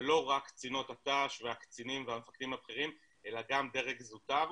ולא רק קצינות הת"ש והקצינים והמפקדים הבכירים אלא גם דרג זוטר.